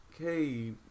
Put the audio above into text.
okay